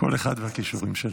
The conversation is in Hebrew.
כל אחד והכישורים שלו.